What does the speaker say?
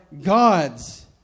God's